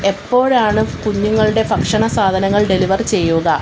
എപ്പോഴാണ് കുഞ്ഞുങ്ങളുടെ ഭക്ഷണ സാധനങ്ങൾ ഡെലിവർ ചെയ്യുക